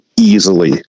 easily